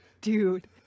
Dude